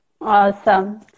Awesome